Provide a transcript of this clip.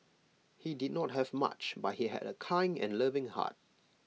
he did not have much but he had A kind and loving heart